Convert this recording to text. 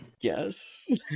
yes